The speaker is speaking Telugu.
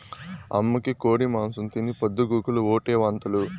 అమ్మకి కోడి మాంసం తిని పొద్దు గూకులు ఓటే వాంతులు